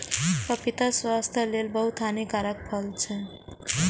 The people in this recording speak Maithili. पपीता स्वास्थ्यक लेल बहुत हितकारी फल छै